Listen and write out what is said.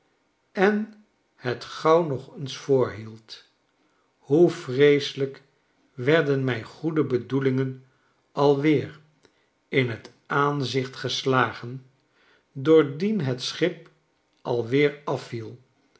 en het gauw nog eens voorhield hoe vreeselijk werden mijn goede bedoelingen alweer in h aangezicht geslagen doordien het schip alweer afviel